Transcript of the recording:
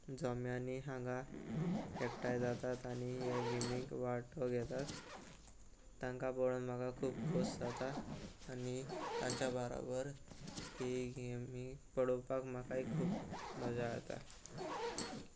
जोम्यांनी हांगा एकठांय जातात आनी हे गेमीक वांटो घेतात तांकां पळोवन म्हाका खूब खोस जाता आनी तांच्या बाराबर ही गेमी पळोवपाक म्हाकाय खूब मजा येता